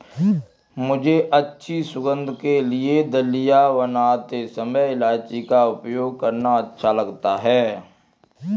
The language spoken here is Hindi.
मुझे अच्छी सुगंध के लिए दलिया बनाते समय इलायची का उपयोग करना अच्छा लगता है